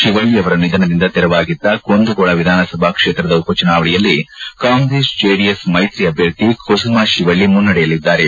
ಶಿವಳ್ಳಿ ಅವರ ನಿಧನದಿಂದ ತೆರವಾಗಿದ್ದ ಕುಂದಗೋಳ ವಿಧಾನಸಭಾ ಕ್ಷೇತ್ರದ ಉಪಚುನಾವಣೆಯಲ್ಲಿ ಕಾಂಗ್ರೆಸ್ ಜೆಡಿಎಸ್ ಮೈತ್ರಿ ಅಭ್ಯರ್ಥಿ ಕುಸುಮಾ ಶಿವಳ್ಳಿ ಮುನ್ನಡೆಯಲ್ಲಿದ್ದಾರೆ